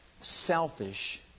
selfish